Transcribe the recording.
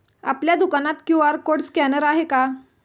आपल्या दुकानात QR code scanner आहे का?